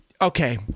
Okay